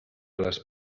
les